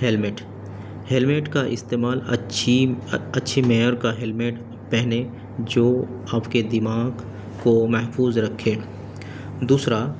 helmet helmet کا استعمال اچھی اچھی معیار کا ہیللمٹ پہنیں جو آپ کے دماغ کو محفوظ رکھے دوسرا